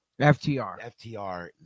FTR